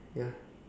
ya